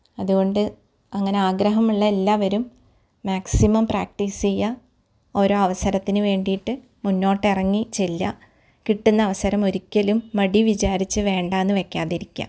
അതുകൊണ്ട് അങ്ങനെ ആഗ്രഹമുള്ള എല്ലാവരും മാക്സിമം പ്രാക്റ്റീസ് ചെയ്യുക ഓരോ അവസരത്തിന് വേണ്ടിയിട്ട് മുന്നോട്ടിറങ്ങി ചെല്ലുക കിട്ടുന്ന അവസരം ഒരിക്കലും മടി വിചാരിച്ച് വേണ്ട എന്ന് വയ്ക്കാതിരിക്കുക